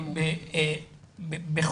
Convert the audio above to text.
אני אבקש שהיא תעלה עכשיו.